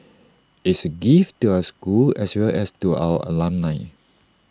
is A gift to our school as well as to our alumni